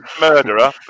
murderer